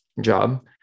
job